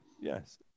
Yes